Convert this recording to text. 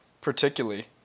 particularly